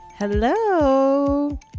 hello